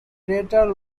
greater